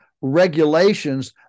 regulations